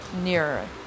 nearer